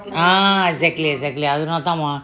ha exactly exactly அதுனால தா:athunaala tha mah